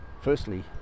Firstly